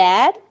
Dad